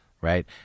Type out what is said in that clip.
Right